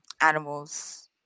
animals